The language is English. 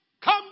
come